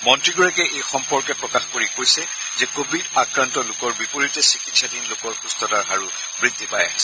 মন্ত্ৰীগৰাকীয়ে এই সম্পৰ্কে প্ৰকাশ কৰি কৈছে যে কভিড আক্ৰান্ত লোকৰ বিপৰীতে চিকিৎসাধীন লোকৰ সুস্থতাৰ হাৰো বৃদ্ধি পাই আছে